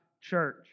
church